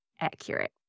accurate